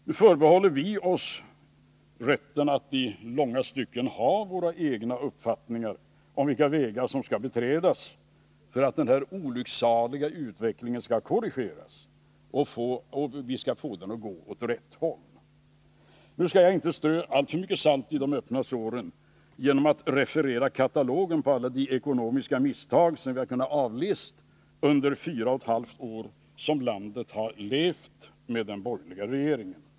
Vi förbehåller oss emellertid rätten att i långa stycken ha vår egen uppfattning om vilka vägar som skall beträdas för att den här olycksaliga utvecklingen skall korrigeras och vi skall få utvecklingen att gå åt rätt håll. Jag skall dock inte strö alltför mycket salt i de öppna såren genom att referera katalogen över alla de ekonomiska misstag som vi har kunnat avläsa under de 4 1/2 år som landet har levat med den borgerliga regeringen.